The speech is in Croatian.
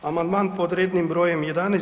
Amandman pod rednim brojem 11.